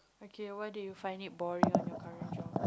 okay why do you find it boring on your current job